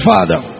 Father